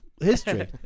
history